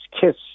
kiss